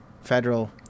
federal